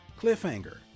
Cliffhanger